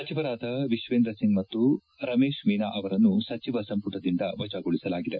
ಸಚಿವರಾದ ವಿಶ್ವೇಂದ್ರ ಸಿಂಗ್ ಮತ್ತು ರಮೇಶ್ ಮೀನಾ ಅವರನ್ನು ಸಚಿವ ಸಂಪುಟದಿಂದ ವಜಾಗೊಳಿಸಲಾಗಿದೆ